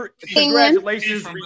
congratulations